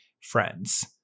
friends